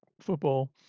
football